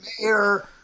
mayor